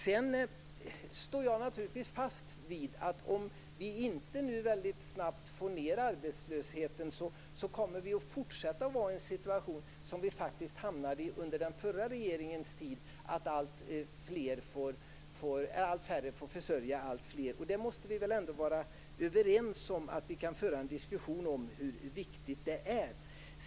Jag står naturligtvis fast vid att om vi inte får ned arbetslösheten snabbt, kommer vi att bli kvar i en situation som vi hamnade i under den förra regeringens tid, som innebär att allt färre får försörja alltfler. Vi måste väl ändå vara överens om att vi kan föra en diskussion om hur viktigt det är.